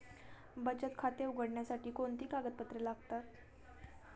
बचत खाते उघडण्यासाठी कोणती कागदपत्रे लागतात?